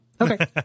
Okay